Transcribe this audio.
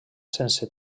sense